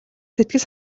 сэтгэл